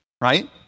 right